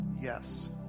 yes